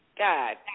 God